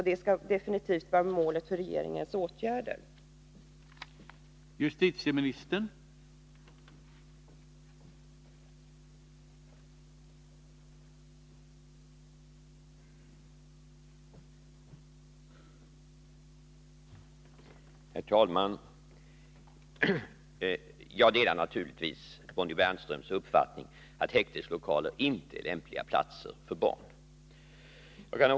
Det skall definitivt vara målet för regeringens Om åtgärder för åtgärder. att hindra att barn